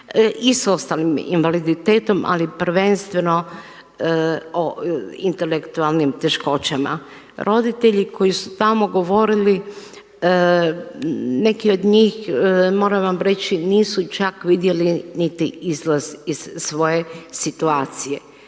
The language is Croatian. i s ostalim invaliditetom, ali prvenstveno o intelektualnim teškoćama. Roditelji koji su tamo govorili neki od njih moram vam reći nisu čak vidjeli niti izlaz iz svoje situacije.